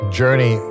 journey